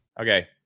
okay